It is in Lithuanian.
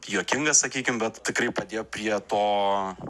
juokingas sakykim bet tikrai padėjo prie to